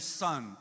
son